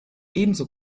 ebenso